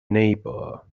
neighbour